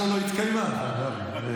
כן.